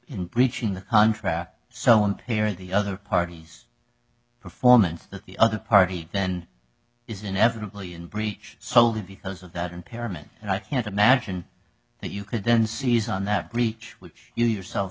in breach in the contract so one way or the other parties performance that the other party then is inevitably in breach solely because of that impairment and i can't imagine that you could then seize on that breach which you yourself